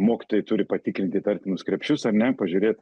mokytojai turi patikrint įtartinus krepšius ar ne pažiūrėt